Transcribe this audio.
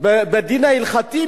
בדין ההלכתי,